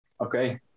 Okay